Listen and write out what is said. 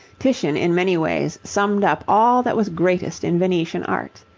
titian in many ways summed up all that was greatest in venetian art.